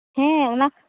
ᱦᱮᱸ ᱚᱱᱟ ᱠᱚ